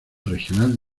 regional